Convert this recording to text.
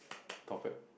perfect